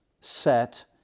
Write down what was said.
set